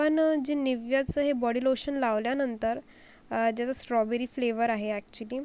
पण जे निव्याचं हे बॉडी लोशन लावल्यानंतर ज्याचा स्ट्रॉबेरी फ्लेवर आहे ॲक्च्युली